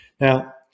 Now